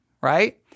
right